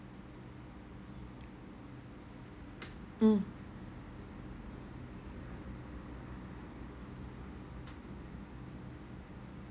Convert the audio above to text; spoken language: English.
mm